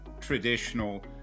traditional